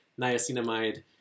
niacinamide